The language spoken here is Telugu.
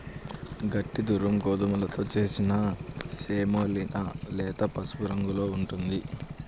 గట్టి దురుమ్ గోధుమతో చేసిన సెమోలినా లేత పసుపు రంగులో ఉంటుంది